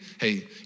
Hey